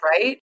right